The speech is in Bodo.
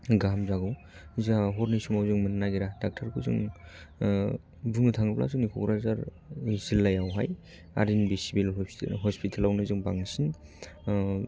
गाहाम जागौ जाहा हरनि समाव जों मोननो नागेरा डाक्टार खौ जों बुंनो थाङोब्ला जोंनि क'क्राझार जिल्लायावहाय आर एन बि बे सिबिल हस्पिटेल आवनो जों बांसिन